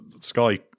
Sky